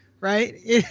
right